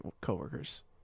coworkers